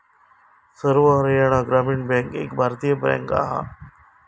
सर्व हरयाणा ग्रामीण बॅन्क एक भारतीय बॅन्क हा